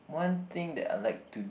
one thing that I like to